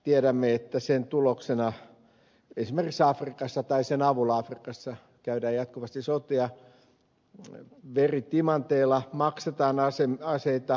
tiedämme että sen avulla esimerkiksi afrikassa käydään jatkuvasti sotia veritimanteilla maksetaan aseita